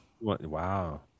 Wow